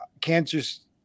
cancers